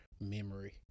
memory